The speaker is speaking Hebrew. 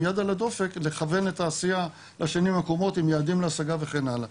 עם יד על הדופק לכוון את העשייה לשנים הקרובות עם יעדים להשגה וכן הלאה.